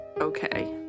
okay